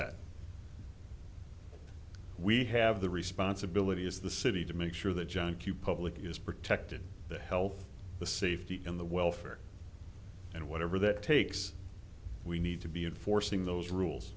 that we have the responsibility is the city to make sure that john q public is protected the health the safety and the welfare and whatever that takes we need to be enforcing those rules